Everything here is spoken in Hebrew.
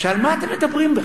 הרי על מה אתם מדברים בכלל?